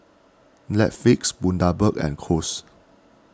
Netflix Bundaberg and Kose